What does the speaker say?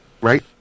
Right